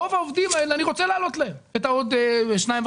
רוב העובדים האלה אני רוצה להעלות להם את העוד 2.5%,